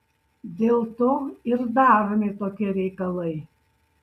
dėl to ir daromi tokie reikalai